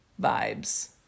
vibes